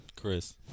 Chris